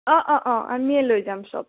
অঁ অঁ অঁ আমিয়ে লৈ যাম চব